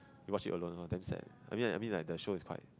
you watched it alone for them sad I mean I mean like the show is quite